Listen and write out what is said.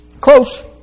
Close